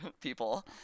people